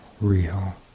real